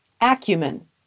acumen